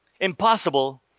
Impossible